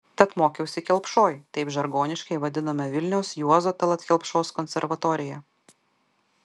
tad mokiausi kelpšoj taip žargoniškai vadinome vilniaus juozo tallat kelpšos konservatoriją